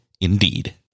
Indeed